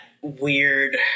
weird